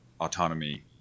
autonomy